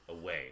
away